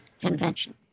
convention